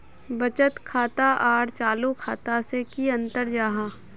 बचत खाता आर चालू खाता से की अंतर जाहा?